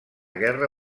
guerra